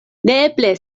neeble